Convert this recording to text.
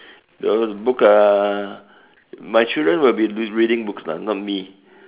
those books uh my children will be reading books lah not me